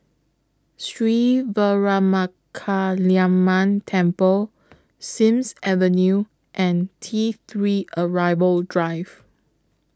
Sri Veeramakaliamman Temple Sims Avenue and T three Arrival Drive